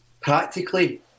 Practically